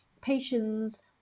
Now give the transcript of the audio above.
patients